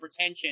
hypertension